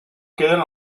queden